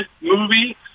movie